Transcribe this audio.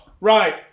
Right